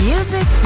Music